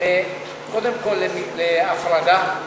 קודם כול להפרדה.